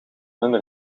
hun